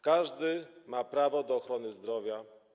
Każdy ma prawo do ochrony zdrowia.